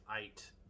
eight